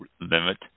limit